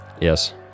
yes